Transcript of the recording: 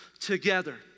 together